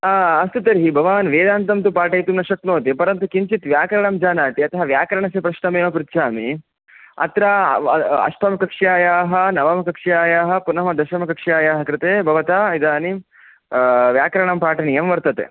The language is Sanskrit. हा अस्तु तर्हि भवान् वेदान्तं तु पाठयितुं न शक्नोति परन्तु किञ्चित् व्याकरणं जानाति अतः व्याकरणस्य प्रश्नमेव पृच्छामि अत्र अष्टमकक्ष्यायाः नवमकक्ष्यायाः पुनः दशमकक्ष्यायाः कृते भवता इदानीं व्याकरणं पाठनीयं वर्तते